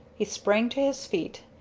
he sprang to his feet,